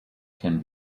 can